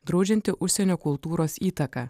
draudžiantį užsienio kultūros įtaką